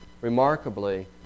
remarkably